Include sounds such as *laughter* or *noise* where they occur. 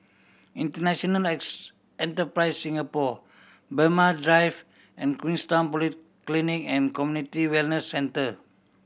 International *unintelligible* Enterprise Singapore Braemar Drive and Queenstown Polyclinic And Community Wellness Center